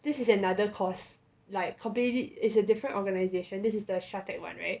this is another course like completely it's a different organization this is the Shatec one [right]